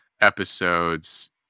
episodes